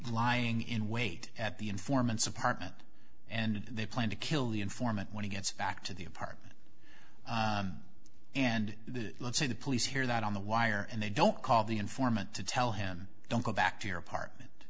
lying in wait at the informant's apartment and they plan to kill the informant when he gets back to the apartment and let's say the police hear that on the wire and they don't call the informant to tell him don't go back to your apartment